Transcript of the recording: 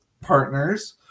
partners